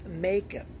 makeup